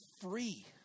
free